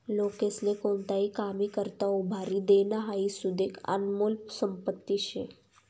लोकेस्ले कोणताही कामी करता उभारी देनं हाई सुदीक आनमोल संपत्ती शे